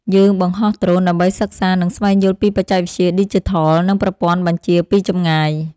យើងបង្ហោះដ្រូនដើម្បីសិក្សា និងស្វែងយល់ពីបច្ចេកវិទ្យាឌីជីថល និងប្រព័ន្ធបញ្ជាពីចម្ងាយ។